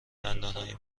دندانهای